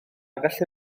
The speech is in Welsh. gallu